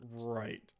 Right